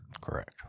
Correct